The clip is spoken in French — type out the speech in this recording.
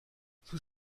sous